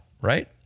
right